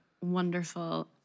wonderful